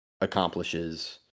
accomplishes